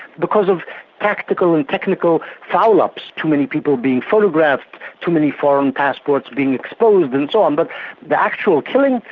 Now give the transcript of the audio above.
because of tactical and technical foul-ups, too many people being photographed, too many foreign passports being exposed and so on, but the actual killing,